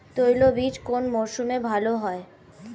তৈলবীজ কোন মরশুমে ভাল হয়?